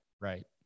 right